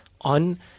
on